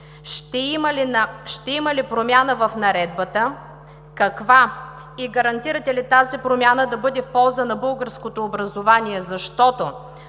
ще има ли промяна в наредбата и каква? Гарантирате ли тази промяна да бъде в полза на българското образование, защото